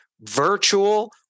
Virtual